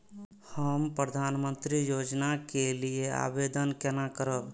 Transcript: हम प्रधानमंत्री योजना के लिये आवेदन केना करब?